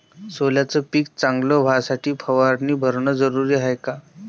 सोल्याचं पिक चांगलं व्हासाठी फवारणी भरनं जरुरी हाये का?